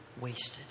wasted